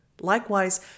Likewise